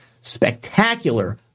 spectacular